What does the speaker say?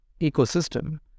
ecosystem